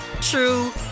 true